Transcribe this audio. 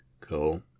Cool